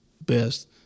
best